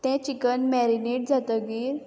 तें chicken marinate जातगीर